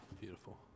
beautiful